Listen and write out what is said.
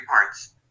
parts